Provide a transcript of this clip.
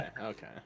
okay